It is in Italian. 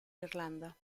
irlanda